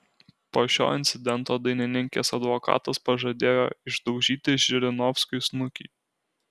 po šio incidento dainininkės advokatas pažadėjo išdaužyti žirinovskiui snukį